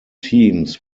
teams